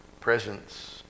presence